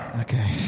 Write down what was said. okay